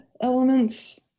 elements